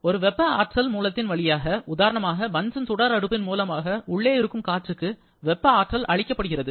ஒரு வெப்ப ஆற்றல் மூலத்தின் வழியாக உதாரணமாக பன்சன் சுடர் அடுப்பின் மூலமாக உள்ளே இருக்கும் காற்றுக்கு வெப்ப ஆற்றல் அளிக்கப்படுகிறது